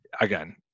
again